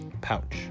Pouch